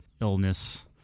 illness